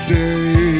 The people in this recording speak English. day